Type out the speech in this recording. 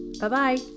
Bye-bye